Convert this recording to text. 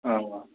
آ